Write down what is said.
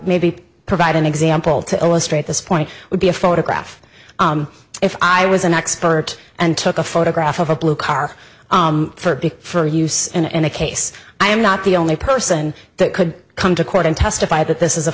maybe provide an example to illustrate this point would be a photograph if i was an expert and took a photograph of a blue car for big for use in any case i am not the only person that could come to court and testify that this is a